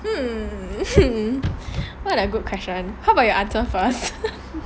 hmm what a good question how about you answer first